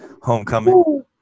homecoming